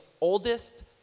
oldest